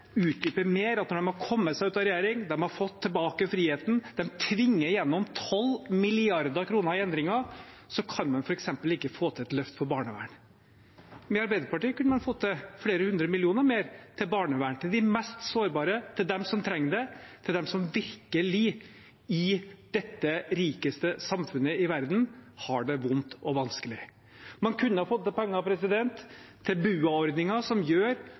mer at når de har kommet seg ut av regjeringen, de har fått tilbake friheten, de tvinger gjennom 12 mrd. kr i endringer, kan de f.eks. ikke få til et løft for barnevernet. Med Arbeiderpartiet kunne man fått til flere hundre millioner mer til barnevern, til de mest sårbare, til dem som trenger det, til dem som virkelig i dette rikeste samfunnet i verden har det vondt og vanskelig. Man kunne fått penger til BUA-ordninger, som gjør